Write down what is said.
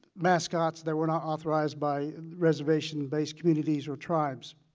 mascots that were not authorized by reservation-based communities or tribes,